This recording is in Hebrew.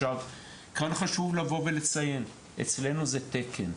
כאן חשוב לבוא ולציין: אצלנו זהו תקן.